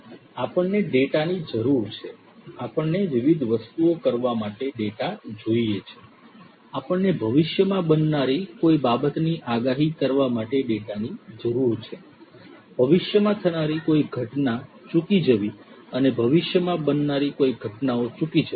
આપણને ડેટાની જરૂર છે આપણને વિવિધ વસ્તુઓ કરવા માટે ડેટા જોઈએ છે આપણને ભવિષ્યમાં બનનારી કોઈ બાબતની આગાહી કરવા માટે ડેટાની જરૂર છે ભવિષ્યમાં થનારી કોઈ ઘટના ચુકી જવી અને ભવિષ્યમાં બનનારી કોઈ ઘટનાઓ ચૂકી જવી